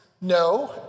no